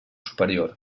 superior